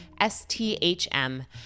STHM